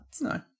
no